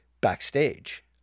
backstage